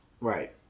right